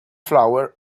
flour